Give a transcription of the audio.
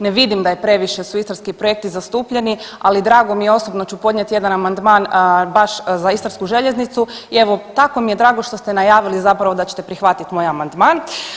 Ne vidim da je previše su Istarski projekti zastupljeni, ali drago mi je, ja osobno ću podnijeti jedan Amandman baš za Istarsku željeznicu i evo tako mi je drago što ste najavili zapravo da ćete prihvatit moj Amandman.